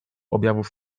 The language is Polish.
objawów